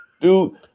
Dude